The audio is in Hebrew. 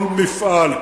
כל מפעל,